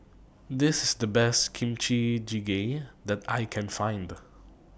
This IS The Best Kimchi Jjigae that I Can Find